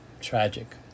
tragic